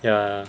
ya